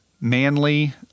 manly